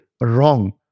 wrong